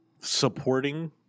supporting